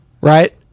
right